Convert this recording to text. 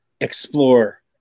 explore